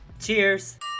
Cheers